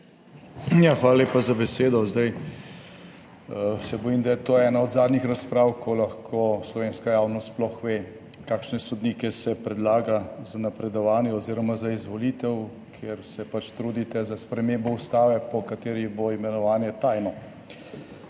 Hvala lepa za besedo. Bojim se, da je to ena od zadnjih razprav, ko lahko slovenska javnost sploh ve, kakšne sodnike se predlaga za napredovanje oziroma za izvolitev, ker se pač trudite za spremembo ustave, po kateri bo imenovanje tajno.